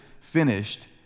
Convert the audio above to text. finished